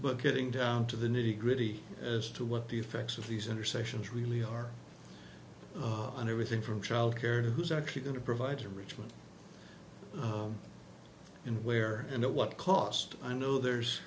but getting down to the nitty gritty as to what the effects of these intercessions really are on everything from child care to who's actually going to provide to reach them and where and at what cost i know there's